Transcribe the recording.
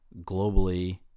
globally